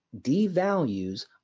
devalues